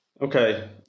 Okay